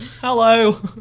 Hello